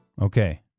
Okay